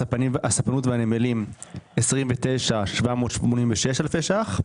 31 מיליון ו-480 אלף שקלים.